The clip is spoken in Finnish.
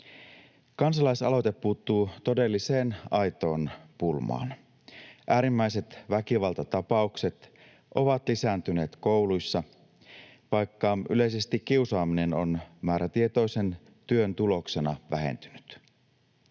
Kansalaisaloite puuttuu todelliseen, aitoon pulmaan. Äärimmäiset väkivaltatapaukset ovat lisääntyneet kouluissa, vaikka yleisesti kiusaaminen on määrätietoisen työn tuloksena vähentynyt.